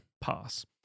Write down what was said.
Pass